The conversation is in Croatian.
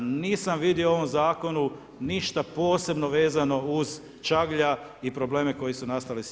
Nisam vidio u ovom zakonu ništa posebno vezano uz čaglja i probleme koji su nastali s njim.